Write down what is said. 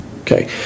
Okay